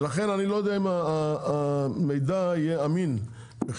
לכן אני לא יודע אם המידע יהיה אמין בכלל.